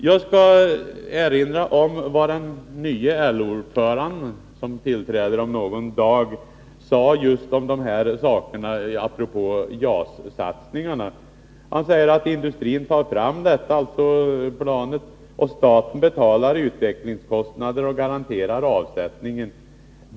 Jag skall erinra om vad den nya LO-ordföranden, som tillträder om någon dag, sade just om satsningarna på JAS. Han sade: Industrin tar fram flygplanen och staten betalar utvecklingskostnaderna och garanterar avsättningen.